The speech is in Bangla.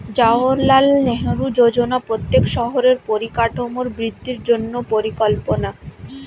জাওহারলাল নেহেরু যোজনা প্রত্যেক শহরের পরিকাঠামোর বৃদ্ধির জন্য পরিকল্পনা